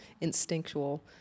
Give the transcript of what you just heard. instinctual